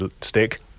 stick